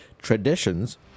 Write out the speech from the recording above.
traditions